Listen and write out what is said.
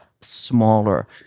smaller